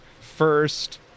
first